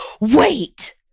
Wait